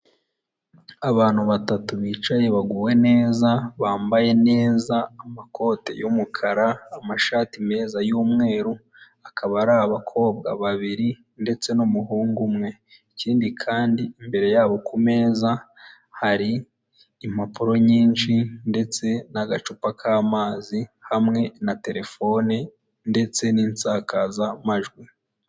Abantu batatu bicaye baguwe neza bambaye neza amakoti y'umukara, amashati meza y'umweru, akaba ari abakobwa babiri ndetse n'umuhungu umwe, ikindi kandi imbere yabo ku meza hari impapuro nyinshi ndetse n'agacupa k'amazi hamwe na terefone ndetse n'insakazamajwi.